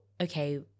okay